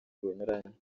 bunyuranye